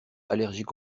allergique